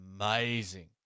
amazing